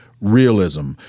realism